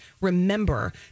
remember